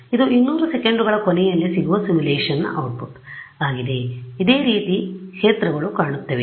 ಇದು 200 ಸೆಕೆಂಡುಗಳ ಕೊನೆಯಲ್ಲಿ ಸಿಗುವ ಸಿಮ್ಯುಲೇಶನ್ನ outputಆಗಿದೆ ಇದೆ ರೀತಿ ಕ್ಷೇತ್ರಗಳು ಕಾಣುತ್ತವೆ